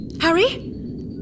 Harry